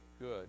good